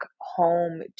home